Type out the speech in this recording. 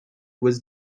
was